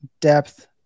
depth